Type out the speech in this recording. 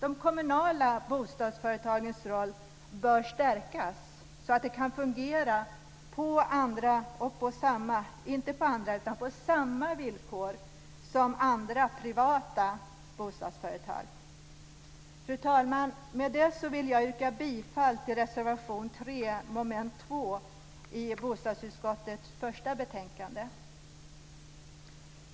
De kommunala bostadsföretagens roll bör stärkas så att de kan fungera på samma villkor som privata bostadsföretag. Fru talman! Med det vill jag yrka bifall till reservation 3 mom. 2 i bostadsutskottets första betänkande.